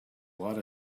lot